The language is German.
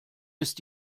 ist